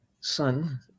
son